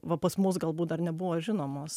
va pas mus galbūt dar nebuvo žinomos